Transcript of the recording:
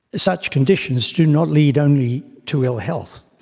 such conditions do not lead only to ill-health.